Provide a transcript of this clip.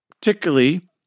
particularly